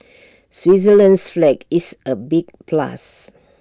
Switzerland's flag is A big plus